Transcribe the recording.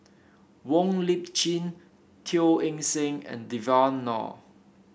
Wong Lip Chin Teo Eng Seng and Devan Nair